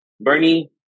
Bernie